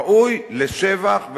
ראוי לשבח.